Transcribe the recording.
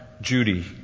Judy